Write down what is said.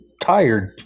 tired